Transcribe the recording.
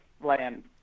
land